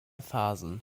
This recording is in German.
phasen